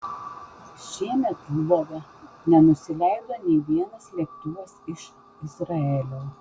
šiemet lvove nenusileido nė vienas lėktuvas iš izraelio